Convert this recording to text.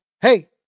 hey